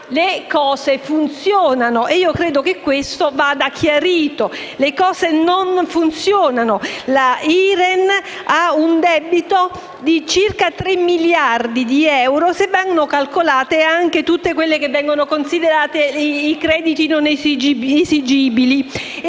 le cose funzionano. Credo allora che questo vada chiarito: le cose non funzionano. La Iren ha un debito di circa 3 miliardi di euro, se vengono calcolati anche tutti quelli che vengono considerati i crediti inesigibili.